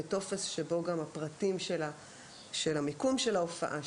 בטופס שבו גם הפרטים של המיקום של ההופעה,